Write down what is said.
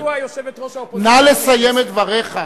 מדוע יושבת-ראש האופוזיציה, נא לסיים את דבריך.